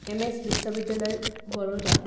M S বিশ্ববিদ্যালয় বৰোদা